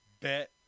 bet